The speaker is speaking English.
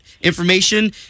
information